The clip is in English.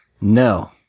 No